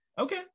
Okay